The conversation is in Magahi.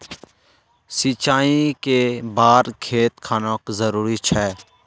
सिंचाई कै बार खेत खानोक जरुरी छै?